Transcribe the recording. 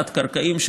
התת-קרקעיים,